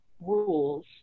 rules